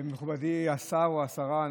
מכובדי השר או השרה,